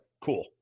cool